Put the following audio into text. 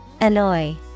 Annoy